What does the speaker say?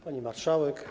Pani Marszałek!